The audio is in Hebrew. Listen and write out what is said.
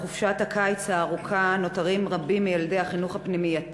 בחופשת הקיץ הארוכה נותרים רבים מילדי החינוך הפנימייתי